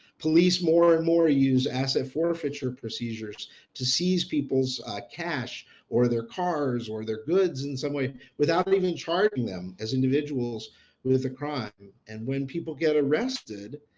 police more and more use asset forfeiture procedures to seize people's cash or their cars or their goods in some way without even charging them as individuals with a crime, and when people get arrested,